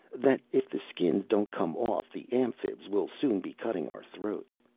that if the skins don't come off the amphibs will soon be cutting our throats.